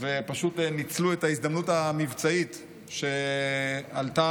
ופשוט ניצלו את ההזדמנות המבצעית שעלתה